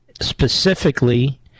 specifically